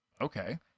okay